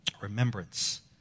Remembrance